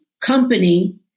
company